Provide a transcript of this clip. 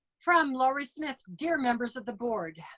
from laurie smith, dear members of the board.